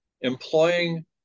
employing